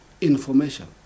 Information